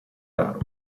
raro